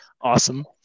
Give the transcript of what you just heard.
awesome